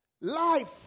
Life